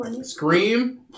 Scream